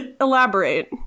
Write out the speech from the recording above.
Elaborate